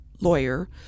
lawyer